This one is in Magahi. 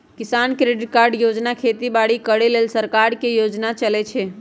किसान क्रेडिट कार्ड योजना खेती बाड़ी करे लेल सरकार के योजना चलै छै